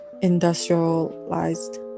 industrialized